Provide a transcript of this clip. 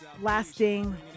lasting